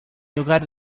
lugar